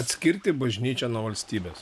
atskirti bažnyčią nuo valstybės